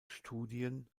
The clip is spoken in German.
studien